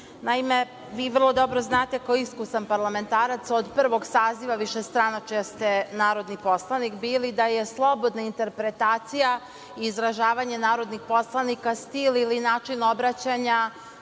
vi vrlo dobro znate kao iskusan parlamentarac, od prvog saziva višestranačja ste narodni poslanik bili, da je slobodna interpretacija i izražavanje narodnih poslanika stil ili način obraćanja